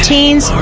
Teens